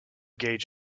gauge